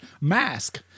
mask